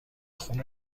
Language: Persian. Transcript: خون